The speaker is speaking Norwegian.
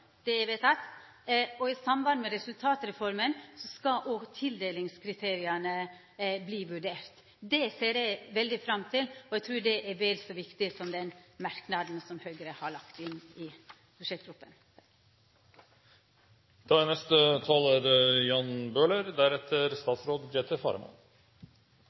det er vedteke, og i samband med resultatreforma skal òg tildelingskriteria verta vurderte. Det ser eg veldig fram til, og eg trur det er vel så viktig som den merknaden som Høgre har lagt inn i budsjettinnstillinga. Helt på slutten av debatten: Jeg vil bare vise til det